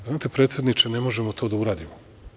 Znate, predsedniče, ne možemo to da uradimo.